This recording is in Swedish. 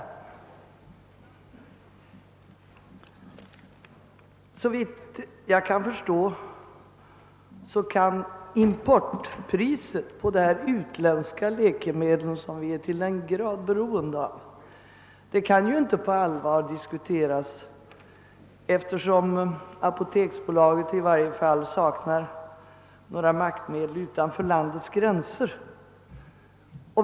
Såvitt jag förstår kan importpriserna på de utländska läkemedel som vi är så beroende av inte på allvar diskuteras, eftersom apoteksbolaget i varje fall sak nar maktmedel utanför landets gränser.